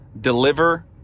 deliver